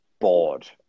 bored